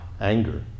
anger